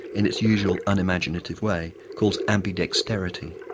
in its usual unimaginative way, calls ambidexterity.